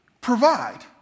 provide